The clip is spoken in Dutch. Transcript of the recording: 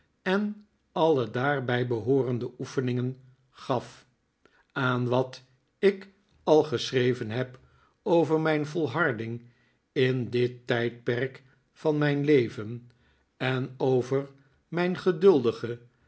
en alle daarbij behoorende oefeningen gaf aan wat ik al geschreven heb over mijn volharding in dit tijdperk van mijn leven en over mijn geduldige